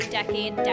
Decade